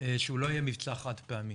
שהוא לא יהיה מבצע חד פעמי.